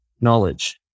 knowledge